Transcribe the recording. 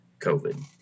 COVID